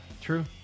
True